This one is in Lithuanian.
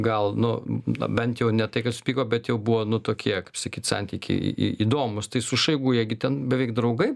gal nu na bent jau ne tai kad susipyko bet jau buvo nu tokie kaip sakyt santykiai į įdomūs tai su šoigu jie gi ten beveik draugai